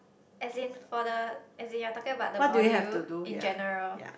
as in for the as in you're talking about the module in general